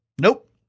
Nope